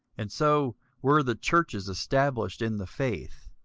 and so were the churches established in the faith,